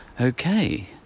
Okay